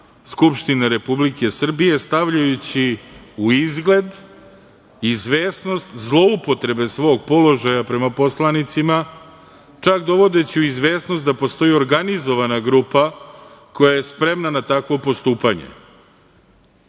Skupštine Republike Srbije stavljajući u izgled izvesnost zloupotrebe svog položaja prema poslanicima, čak dovodeći u izvesnost da postoji organizovana grupa koja je spremna na takvo postupanje. Ovim